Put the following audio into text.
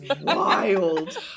wild